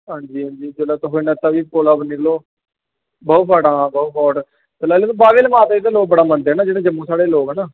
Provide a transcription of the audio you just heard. हंजी हंजी तुस जेह्ले तबी पुले उप्परा निकलो बाहू फोर्ट आना बाहू फोर्ट लाई लैओ तुस बाह्वे आली माता गी ते लोक बड़ा मनदे न जेह्ड़े साढ़े जम्मू दे लोक न